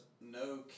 no